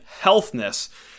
healthness